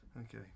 Okay